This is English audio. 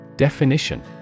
Definition